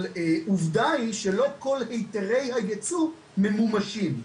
אבל העובדה היא שלא כל היתרי הייבוא מממומשים.